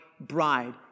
bride